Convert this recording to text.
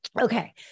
Okay